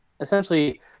essentially